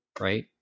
right